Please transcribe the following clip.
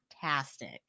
fantastic